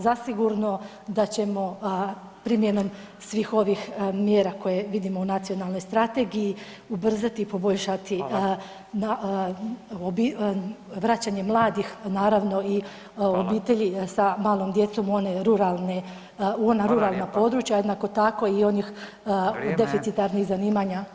Zasigurno da ćemo primjenom svih ovih mjera koje vidimo u nacionalnoj strategiji ubrzati i poboljšati [[Upadica: Hvala.]] vraćanje mladih naravno i obitelji sa malom djecom u one ruralne, u ona ruralna područja [[Upadica: Hvala lijepa.]] a jednako tako i onih deficitarnih zanimanja [[Upadica: Vrijeme.]] oprostite.